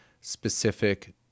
specific